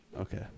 Okay